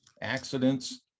accidents